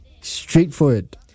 Straightforward